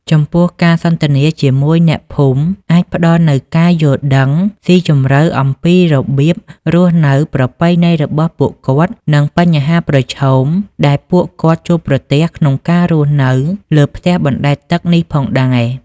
ចំពោះ ការសន្ទនាជាមួយអ្នកភូមិអាចផ្ដល់នូវការយល់ដឹងស៊ីជម្រៅអំពីរបៀបរស់នៅ ប្រពៃណីរបស់ពួកគាត់ និងបញ្ហាប្រឈមដែលពួកគាត់ជួបប្រទះក្នុងការរស់នៅលើផ្ទះបណ្តែតទឹកនេះផងដែរ។